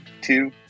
two